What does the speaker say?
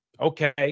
okay